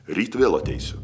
ryt vėl ateisiu